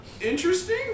Interesting